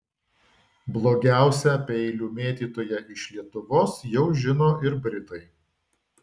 blogiausią peilių mėtytoją iš lietuvos jau žino ir britai